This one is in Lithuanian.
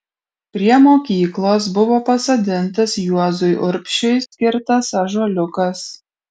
prie mokyklos buvo pasodintas juozui urbšiui skirtas ąžuoliukas